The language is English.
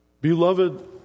Beloved